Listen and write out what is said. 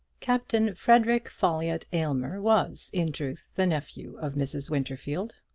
captain frederic folliott aylmer was, in truth, the nephew of mrs. winterfield,